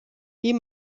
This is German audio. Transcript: geh